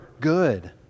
good